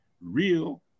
real